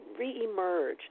reemerge